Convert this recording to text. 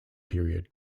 period